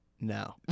No